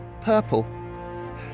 purple